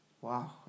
Wow